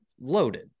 loaded